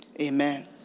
Amen